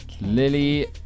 Lily